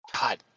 God